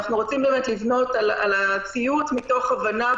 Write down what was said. אנחנו רוצים באמת לבנות על הציות מתוך הבנה,